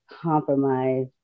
compromise